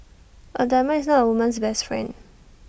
A diamond is not A woman's best friend